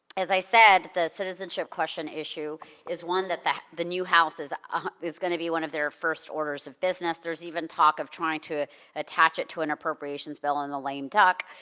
as i said, the citizenship question issue is one that that the new house, ah it's gonna be one of their first orders of business. there's even talk of trying to attach it to an appropriations bill in the lame duck,